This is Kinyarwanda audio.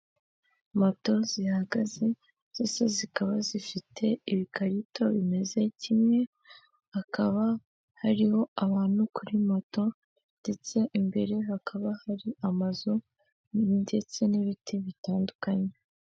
Moto zihagaze zose zikaba zifite ibikarito bimeze kimwe, hakaba hariho abantu kuri moto ndetse imbere hakaba hari amazu ndetse n'ibiti bitandukanye.